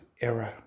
error